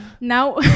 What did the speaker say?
Now